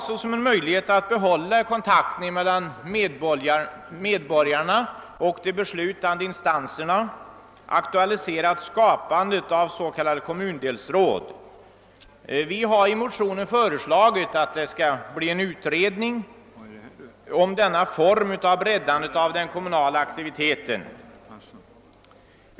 Såsom en möjlighet att behålla kontakten mellan medborgarna och de styrande i kommunen har vi aktualiserat frågan om skapande av s.k. kommundelsråd och föreslagit att det skall göras en utredning om denna form för breddande av den kommunala aktiviteten.